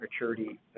maturity